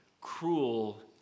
cruel